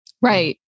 Right